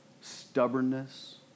stubbornness